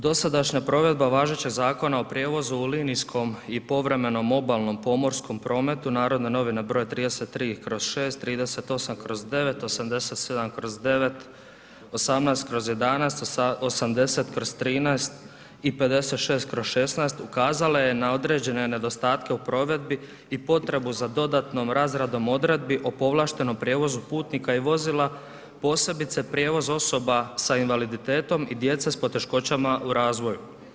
Dosadašnja provedba važećeg Zakona o prijevozu u linijskom i povremenom obalnom pomorskom prometu NN 33/06, 38/09, 87/09, 1/11, 80/13 i 56/16 ukazala je na određene nedostatke u provedbi i potrebu za dodatnom razradom odredbi o povlaštenom prijevozu putnika i vozila posebice prijevoz osoba sa invaliditetom i djece s poteškoćama u razvoju.